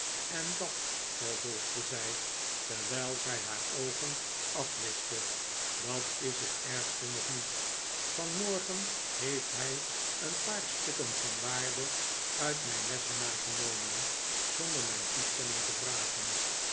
en dat vervolgde zij ter wijl zij haar oogen afwischte dat is het ergste nog niet vanmorgeh heeft hij een paar stukken van waarde uit mijn lessenaar genomen zonder mijn toestemming te vragen